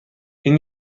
این